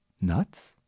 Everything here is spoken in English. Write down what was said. nuts